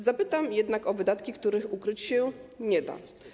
Zapytam jednak o wydatki, których ukryć się nie da.